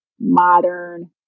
modern